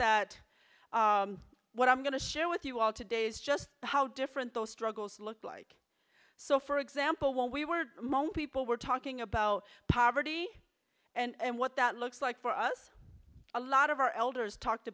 that what i'm going to share with you all today is just how different those struggles look like so for example when we were among people were talking about poverty and what that looks like for us a lot of our elders talked